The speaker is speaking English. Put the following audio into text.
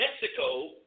Mexico